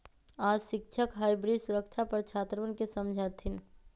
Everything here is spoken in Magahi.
आज शिक्षक हाइब्रिड सुरक्षा पर छात्रवन के समझय थिन